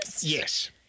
Yes